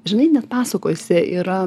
žinai net pasakose yra